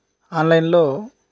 ఆన్లైన్లో